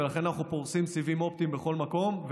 לכן אנחנו פורסים סיבים אופטיים בכל מקום.